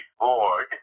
board